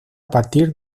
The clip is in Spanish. partir